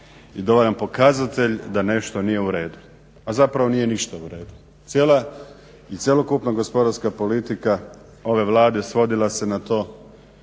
i dobar pokazatelj da nešto nije u redu, a zapravo nije ništa u redu. Cijela i cjelokupna gospodarska politika ove Vlade svodila se na to